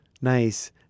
Nice